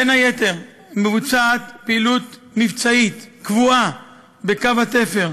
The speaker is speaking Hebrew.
בין היתר מבוצעת פעילות מבצעית קבועה בקו התפר,